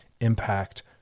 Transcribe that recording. impact